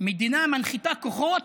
מדינה מנחיתה כוחות,